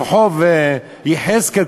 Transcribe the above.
ברחוב יחזקאל,